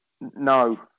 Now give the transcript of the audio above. no